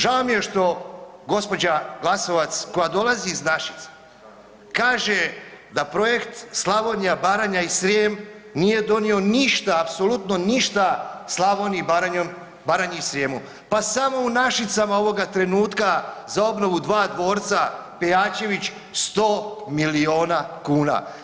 Žao mi je što gđa. Glasovac koja dolazi iz Našica kaže da projekt Slavonija, Baranja i Srijem nije donio ništa, apsolutno ništa Slavoniji, Baranji i Srijemu, pa samo u Našicama ovoga trenutka za obnovu dva dvorca Pejačević, 100 milijuna kuna.